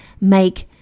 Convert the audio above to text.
make